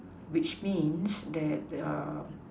which means that um